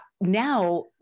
now